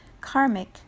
karmic